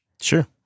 Sure